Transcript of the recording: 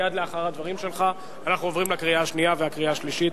מייד לאחר הדברים שלך אנחנו עוברים לקריאה השנייה ולקריאה השלישית.